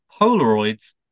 Polaroids